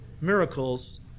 miracles